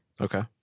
Okay